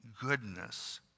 goodness